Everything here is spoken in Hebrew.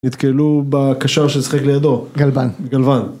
נתקלו בקשר ששיחק לידו. גלבן. גלבן.